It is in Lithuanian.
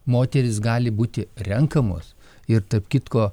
moterys gali būti renkamos ir tarp kitko